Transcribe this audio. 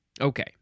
Okay